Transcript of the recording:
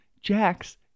Jax